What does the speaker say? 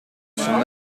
son